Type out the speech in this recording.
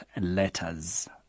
letters